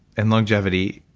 and longevity,